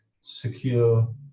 secure